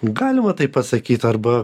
galima taip pasakyt arba